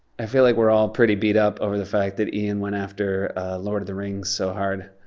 i feel like we're all pretty beat up over the fact that ian went after lord of the rings so hard.